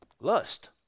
Lust